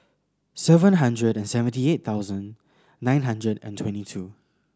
seven hundred and seventy eight thousand nine hundred and twenty two